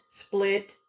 split